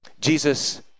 Jesus